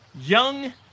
Young